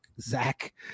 Zach